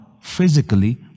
physically